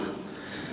kiitän